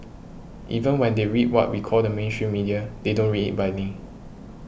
even when they read what we call the mainstream media they don't read it blindly